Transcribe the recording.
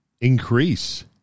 increase